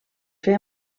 fer